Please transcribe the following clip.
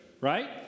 right